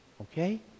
Okay